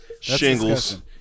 shingles